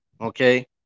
okay